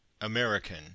American